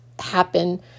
happen